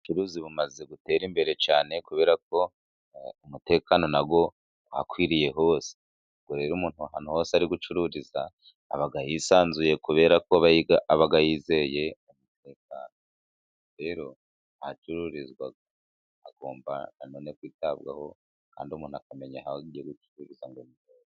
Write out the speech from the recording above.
Ubucuruzi bumaze gutera imbere cyane kuberako umutekano na wo wakwiriye hose, ubwo rero umuntu ahantu hose ari gucururiza aba yisanzuye kuberako aba yizeye umutekano. Rero ahacururizwa hagomba nanone kwitabwaho, kandi umuntu akamenya aho agiye gucururiza.....